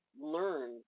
learn